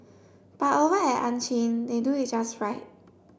but over at Ann Chin they do it just right